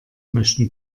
möchten